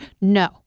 No